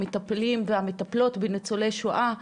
המטפלים והמטפלות בניצולי שואה,